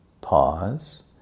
Pause